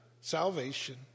salvation